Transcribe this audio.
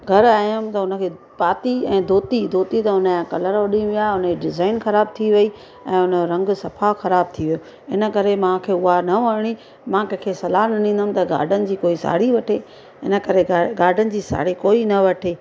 घर आयमि त हुन खे पाती ऐं धोती धोती त हुन जा कलर उॾी विया हुन जी डिज़ाइन ख़राब थी वई ऐं हुन जो रंगु सफ़ा ख़राब थी वियो इन करे मूंखे उहा न वणी मां कंहिंखे सलाह न ॾींदमि त गार्डन जी कोई साड़ी वठे हिन करे गार्डन जी साड़ी कोई न वठे